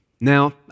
Now